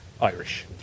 Irish